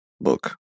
book